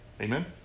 Amen